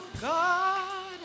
God